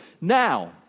Now